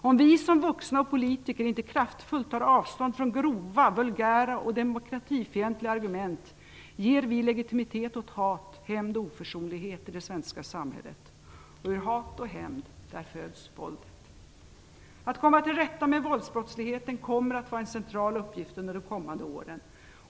Om vi som vuxna och politiker inte kraftfullt tar avstånd från grova, vulgära och demokratifientliga argument ger vi legitimitet åt hat, hämnd och oförsonlighet i det svenska samhället. Ur hat och hämnd föds våldet. Att komma till rätta med våldsbrottsligheten kommer att vara en central uppgift under de kommande åren.